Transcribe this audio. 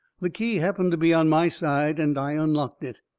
the key happened to be on my side, and i unlocked it.